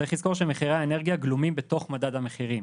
צריך לזכור שמחירי האנרגיה גלומים בתוך מדד המחירים.